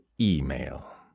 email